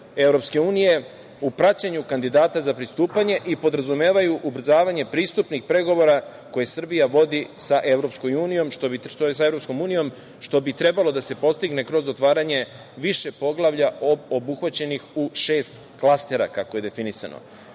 članice EU u praćenju kandidata za pristupanje i podrazumevaju ubrzavanje pristupnih pregovora koje Srbija vodi sa EU, što bi trebalo da se postigne kroz otvaranje više poglavlja obuhvaćenih u šest klastera, kako je definisano. Pre